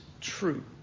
true